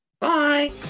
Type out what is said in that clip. Bye